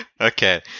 Okay